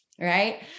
right